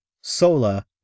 Sola